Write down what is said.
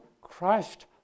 Christ